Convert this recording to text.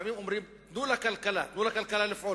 לפעמים אומרים: תנו לכלכלה לפעול,